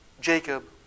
Jacob